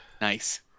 Nice